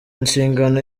inshingano